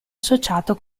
associato